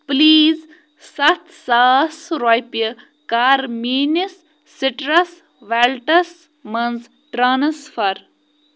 please سَتھ ساس رۄپیہِ کَر میٛٲنِس سِٹرَس ویلٹَس مَنٛز ٹرٛانسفَر